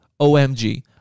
OMG